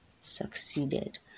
succeeded